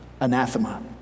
anathema